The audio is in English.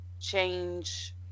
change